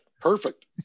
Perfect